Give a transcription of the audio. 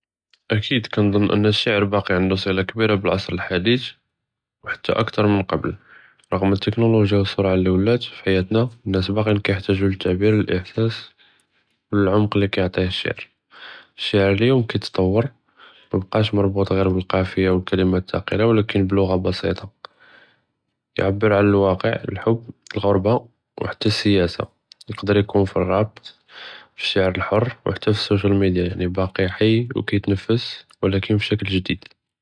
אכּיד, כנתעד אןשו אִלששעהר באקי ענדו צִלֶה כְּבִיר בּאלעָסר אלחדִית, ו חתה אכתר מן קבל, רג'ם אלטכּנוֹלוגיה ו אלסֻרעה אלי ולט פי חייאתנא, אלנאס באקִין כיתחתאגו לתעבּיר ו אלחְסאס ללְעְמַק אללי כיעְטיה אלששעהר. אלששעהר אליום כיתתַוַר, מא בַּקּש מרבּוּט ג'יר בּאלקאפה, ו אלכּלמאט אלתכּילה, ו ولكין בִּללוג'ה בסיטה. יַעְבּר עלא אלוואקִע, אלחובּ, אלגורבה, ו חתה אלסיאסה. יקדר יכון פי אלרַאבּ, פי אלששעהר אלחוּר, ו חתה פי אלסושיאל מדיה. יַעני באקי חי, ו כיתנפַס, ו ولكין פי שִכּל ג'דיד.